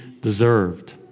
deserved